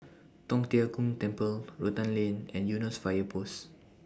Tong Tien Kung Temple Rotan Lane and Eunos Fire Post